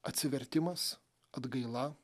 atsivertimas atgaila